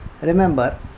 Remember